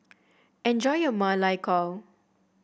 enjoy your Ma Lai Gao